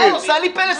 את עושה לי פלס מים.